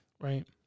Right